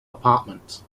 apartments